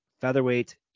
featherweight